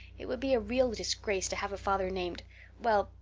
it would be a real disgrace to have a father named well,